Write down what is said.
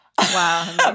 Wow